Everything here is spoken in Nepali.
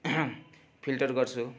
फिल्टर गर्छु